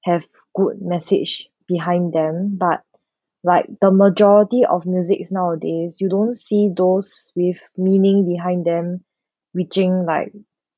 have good message behind them but like the majority of music is nowadays you don't see those with meaning behind them reaching like